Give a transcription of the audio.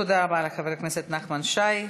תודה רבה לחבר הכנסת נחמן שי.